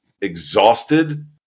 exhausted